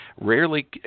rarely